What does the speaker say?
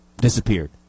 disappeared